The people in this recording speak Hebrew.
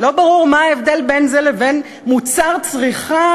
לא ברור מה ההבדל בין זה לבין מוצר צריכה,